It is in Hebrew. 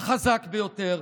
החזק ביותר,